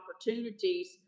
opportunities